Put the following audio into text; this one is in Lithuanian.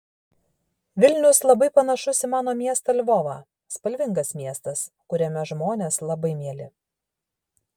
vilnius labai panašus į mano miestą lvovą spalvingas miestas kuriame žmonės labai mieli